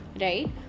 right